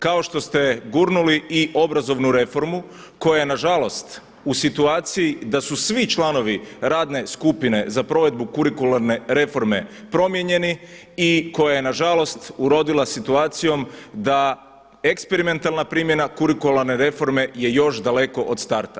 Kao što ste gurnuli i obrazovnu reformu koja je na žalost u situaciji da su svi članovi radne skupine za provedbu kurikularne reforme promijenjeni i koja je na žalost urodila situacijom da eksperimentalna primjena kurikularne reforme je još daleko od starta.